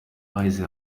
baheze